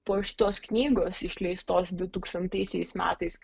po šitos knygos išleistos dutūkstantaisiais metais